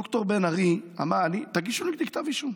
ד"ר בן ארי אמר, תגישו נגדי כתב אישום,